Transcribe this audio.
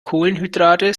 kohlenhydrate